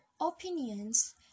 opinions